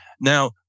Now